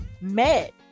met